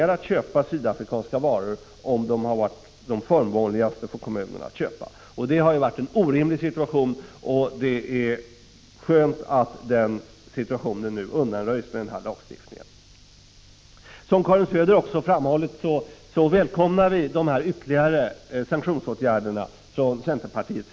Det har varit en orimlig situation, och det är skönt att den nu undanröjs med den här lagstiftningen. Som Karin Söder har framhållit, välkomnar vi från centerpartiets sida sanktionsåtgärderna.